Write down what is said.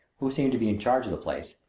who seemed to be in charge of the place,